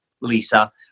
Lisa